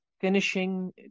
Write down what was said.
finishing